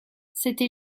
c’était